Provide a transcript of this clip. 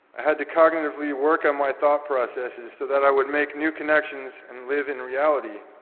i had to cognitively work on my thought processes so that i would make new connections and live in reality.